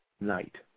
night